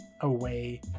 away